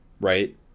Right